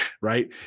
Right